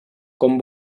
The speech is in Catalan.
com